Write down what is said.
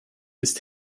ist